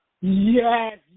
yes